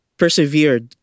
persevered